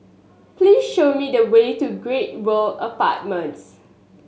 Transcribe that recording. please show me the way to Great World Apartments